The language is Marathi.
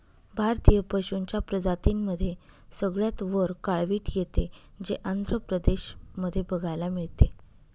भारतीय पशूंच्या प्रजातींमध्ये सगळ्यात वर काळवीट येते, जे आंध्र प्रदेश मध्ये बघायला मिळते